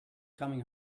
coming